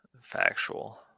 factual